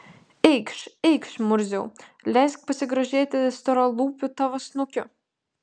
eikš eikš murziau leisk pasigrožėti storalūpiu tavo snukiu